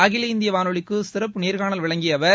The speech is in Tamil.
அகில இந்திய வானொலிக்கு சிறப்பு நேர்காணல் வழங்கிய அவர்